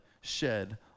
shed